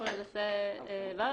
אנחנו ננסה לברר.